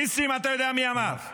ניסים, אתה יודע מי אמר.